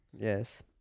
Yes